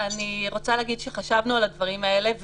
אני רוצה להגיד שחשבנו על הדברים האלה,